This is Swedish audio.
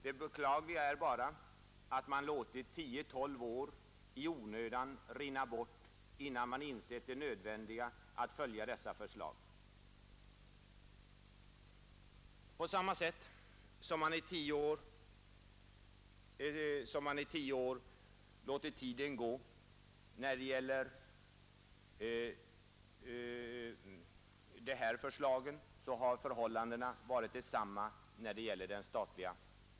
Det beklagliga är bara att man låtit tio tolv år i onödan rinna bort, innan man insett nödvändigheten av att följa dessa förslag. Förhållandena har varit likartade när det gäller förslaget om den statliga företagsgruppen: man har låtit tiden gå.